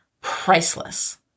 Priceless